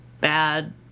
bad